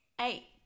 Eight